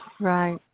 Right